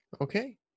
okay